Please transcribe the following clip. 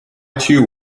too